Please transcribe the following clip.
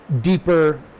deeper